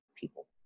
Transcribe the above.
people